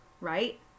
right